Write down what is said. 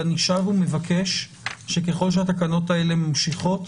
אני שב ומבקש שככל שהתקנות האלה ממשיכות